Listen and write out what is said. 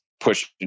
pushing